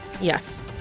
Yes